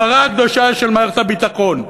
הפרה הקדושה של מערכת הביטחון.